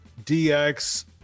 DX